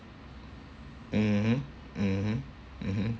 mmhmm mmhmm mmhmm